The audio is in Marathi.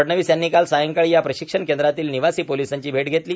फडणवीस यांनी काल सायंकाळी या प्रशिक्षण केंद्रातील निवासी पोलीसांची भेट घेतली